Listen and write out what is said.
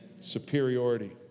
Superiority